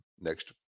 next